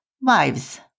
wives